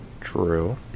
True